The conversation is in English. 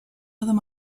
other